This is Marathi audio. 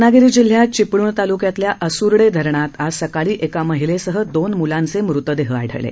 रत्नागिरी जिल्ह्यात चिपळण तालुक्यातल्या असुर्डे धरणात आज सकाळी एका महिलेसह दोन म्लांचे मृतदेह आढळले